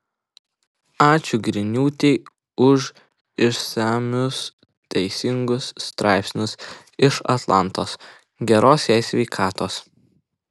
ačiū griniūtei už išsamius teisingus straipsnius iš atlantos geros jai sveikatos